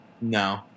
no